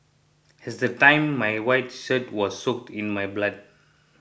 it's the time my white shirt was soaked in my blood